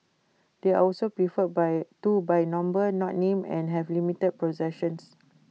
they are also referred by to by number not name and have limited possessions